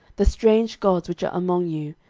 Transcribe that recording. the strange gods which are among you,